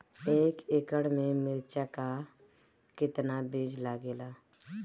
एक एकड़ में मिर्चा का कितना बीज लागेला?